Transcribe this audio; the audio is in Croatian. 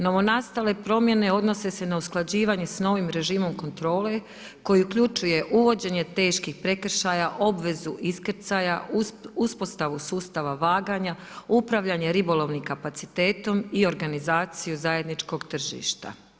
Novonastale promjene odnose se na usklađivanje s novim režimom kontrole koji uključuje uvođenje teških prekršaja, obvezu iskrcaja, uspostavu sustava vaganja, upravljanje ribolovnim kapacitetom i organizaciju zajedničkog tržišta.